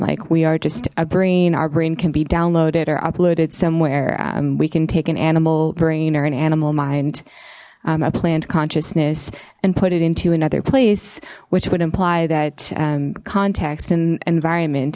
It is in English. like we are just a brain our brain can be downloaded or uploaded somewhere we can take an animal brain or an animal mind a plant consciousness and put it into another place which would imply that context and environment